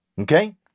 Okay